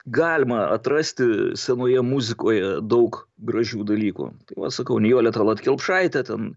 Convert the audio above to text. galima atrasti senoje muzikoje daug gražių dalykų va sakau nijolėtallat kelpšaitė ten